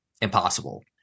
impossible